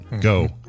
Go